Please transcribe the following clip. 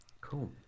Cool